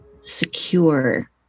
secure